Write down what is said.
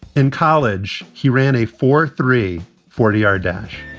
in college, he ran a four, three, forty yard dash,